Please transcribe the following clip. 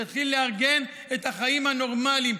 שיתחיל לארגן את החיים הנורמליים,